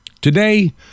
Today